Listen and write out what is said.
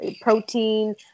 protein